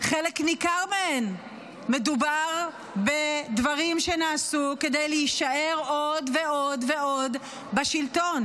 בחלק ניכר מהן מדובר דברים שנעשו כדי להישאר עוד ועוד ועוד בשלטון,